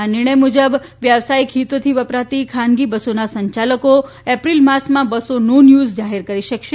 આ નિર્ણય મુજબ વ્યવસાયિક હિતોથી વપરાતી ખાનગી બસોના સંચાલકો એપ્રિલ માસમાં બસો નોનયૂઝ જાહેર કરી શકશે